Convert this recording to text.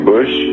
Bush